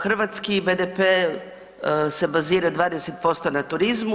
Hrvatski BDP se bazira 20% na turizmu.